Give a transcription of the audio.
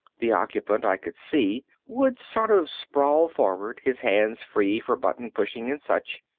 the occupant, i could see, would sort of sprawl forward, his hands free for button-pushing and such.